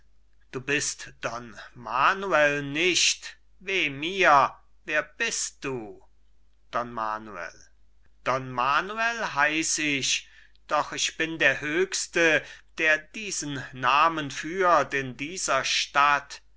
du bist don manuel nicht weh mir wer bist du don manuel don manuel heiß ich doch ich bin der höchste der diesen namen führt in dieser stadt